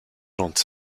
rond